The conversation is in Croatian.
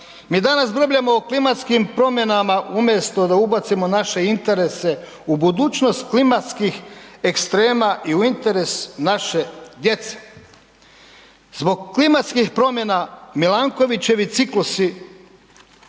Mi danas brbljamo o klimatskim promjenama umjesto da ubacimo naše interese u budućnost klimatskih ekstrema i u interes naše djece. Zbog klimatskih promjena Milankovićevi ciklusi